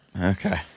okay